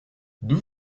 d’où